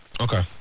Okay